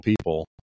people